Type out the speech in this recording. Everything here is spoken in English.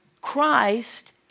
Christ